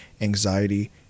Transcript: anxiety